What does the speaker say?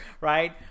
right